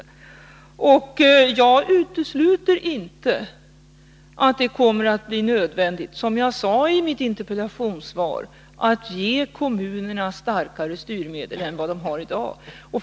Jag utesluter inte att det kommer att bli nödvändigt, som jag sade i mitt interpellationssvar, att ge kommunerna starkare styrmedel än de har i dag.